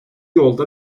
yolda